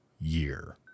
year